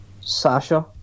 Sasha